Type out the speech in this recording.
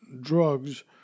drugs